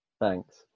Thanks